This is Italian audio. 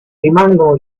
rimangono